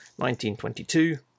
1922